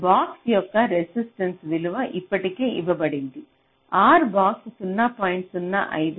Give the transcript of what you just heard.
box యొక్క resistance విలువ ఇప్పటికే ఇవ్వబడింది R బాక్స్ 0